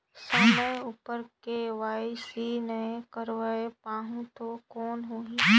समय उपर के.वाई.सी नइ करवाय पाहुं तो कौन होही?